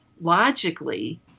logically